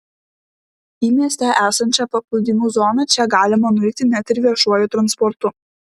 į mieste esančią paplūdimių zoną čia galima nuvykti net ir viešuoju transportu